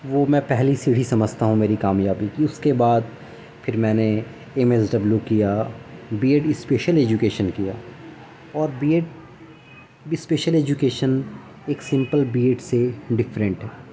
وہ میں پہلی سیڑھی سمجھتا ہوں میری کامیابی کی اس کے بعد پھر میں نے ایم ایس ڈبلیو کیا بی ایڈ اسپیشل ایجوکیشن کیا اور بی ایڈ اسپیشل ایجوکیشن ایک سپمل بی ایڈ سے ڈفرینٹ ہے